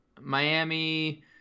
Miami